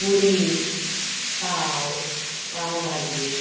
पुरी पाव पाव भाजी